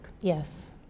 Yes